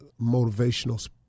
motivational